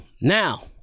Now